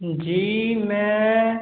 जी मैं